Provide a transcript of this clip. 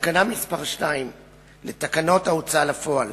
תקנה מס' 2 לתקנות ההוצאה לפועל